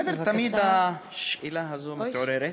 בסדר, תמיד השאלה הזאת מתעוררת.